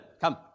come